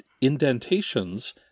indentations